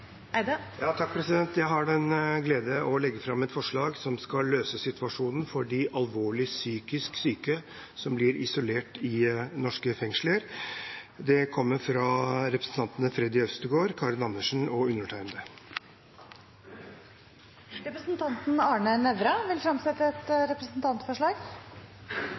Eide vil fremsette et representantforslag. Jeg har den glede å legge fram et forslag som skal løse situasjonen for de alvorlig psykisk syke som blir isolert i norske fengsler. Det kommer fra representantene Freddy André Øvstegård, Karin Andersen og undertegnede. Representanten Arne Nævra vil fremsette et representantforslag.